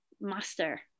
master